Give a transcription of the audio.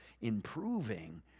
improving